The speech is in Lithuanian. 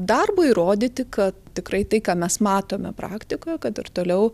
darbu įrodyti kad tikrai tai ką mes matome praktikoje kad ir toliau